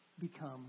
become